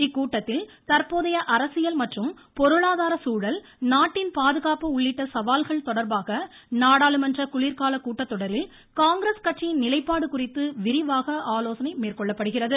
இக்கூட்டத்தில் தற்போதைய அரசியல் மற்றும் பொருளாதார சூழல் நாட்டின் பாதுகாப்பு உள்ளிட்ட பிரச்சனைகள் தொடர்பாக நாடாளுமன்ற குளிர்கால கூட்டத்தொடரில் காங்கிரஸ் கட்சியின் நிலைப்பாடு குறித்து விரிவாக ஆலோசனை மேற்கொள்ளப்படுகிறது